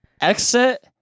Exit